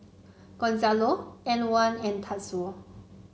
Gonzalo Antwan and Tatsuo